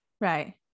Right